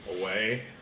away